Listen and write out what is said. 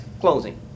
closing